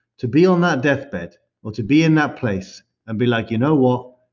to be on that deathbed or to be in that place and be like, you know what?